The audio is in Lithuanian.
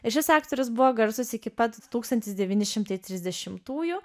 ir šis aktorius buvo garsus iki pat tūkstantis devyni šimtai trisdešimtųjų